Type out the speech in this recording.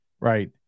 right